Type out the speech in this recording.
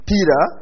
Peter